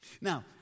Now